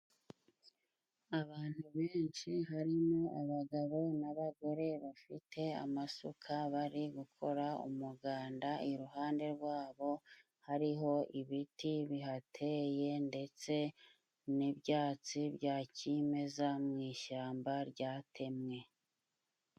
Abantu benshi harimo abagabo n'abagore, bafite amasuka bari gukora umuganda. Iruhande rwabo hariho ibiti bihateye, ndetse n'ibyatsi bya kimeza mu ishyamba ryatemwe.